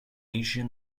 asian